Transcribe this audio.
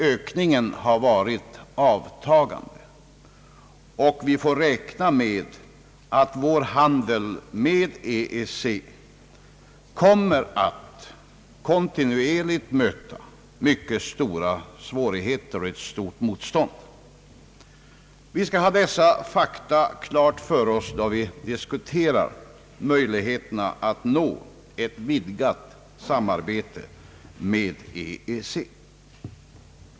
Ökningen har va rit avtagande, och vi får räkna med att vår handel med EEC kommer att kontinuerligt möta ökade svårigheter. Vi skall ha dessa fakta klara för oss då vi diskuterar möjligheterna att nå ett vidgat samarbete med EEC.